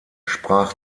sprach